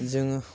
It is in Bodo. जोङो